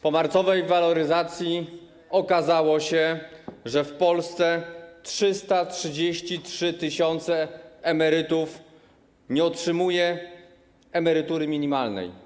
Po marcowej waloryzacji okazało się, że w Polsce 333 tys. emerytów nie otrzymuje emerytury minimalnej.